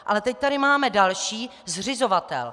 Ale teď tady máme další zřizovatel.